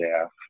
staff